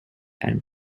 and